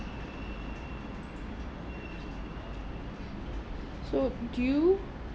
so do you